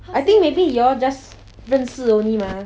I think maybe you're just 认识 only mah